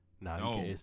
no